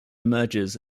emerges